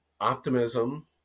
Optimism